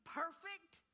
perfect